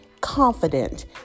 confident